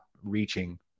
reaching